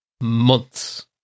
months